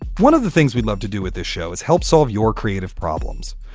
one of the things we'd love to do with this show is help solve your creative problems,